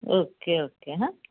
okay okay હ